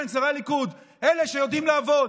כן, שרי הליכוד, אלה שיודעים לעבוד.